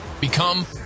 Become